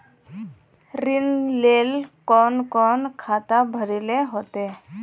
ऋण लेल कोन कोन खाता भरेले होते?